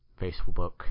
Facebook